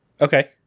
Okay